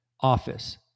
Office